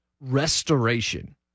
restoration